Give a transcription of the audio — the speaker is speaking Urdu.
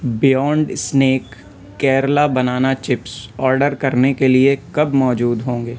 beyond Snack Kerala banana chips order کرنے کے لیے کب موجود ہوں گے